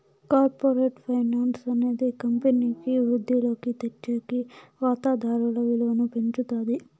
corporate finance అనేది కంపెనీకి వృద్ధిలోకి తెచ్చేకి వాతాదారుల విలువను పెంచుతాది